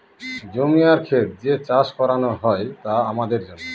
জমি আর খেত যে চাষ করানো হয় তা আমাদের জন্য